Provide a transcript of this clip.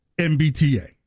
MBTA